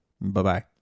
Bye-bye